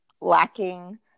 lacking